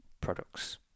products